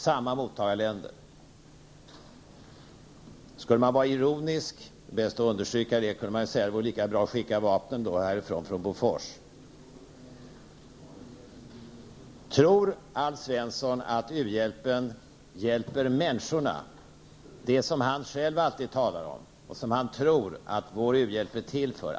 Om man vore ironisk -- och det är bäst att understryka detta -- kunde man säga att det vore lika bra att skicka vapen från Bofors härifrån. Tror Alf Svensson att u-hjälpen når fram och hjälper människorna, som han själv alltid talar om och som han tror att vår u-hjälp är till för?